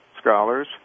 scholars